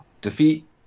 Defeat